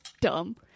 dumb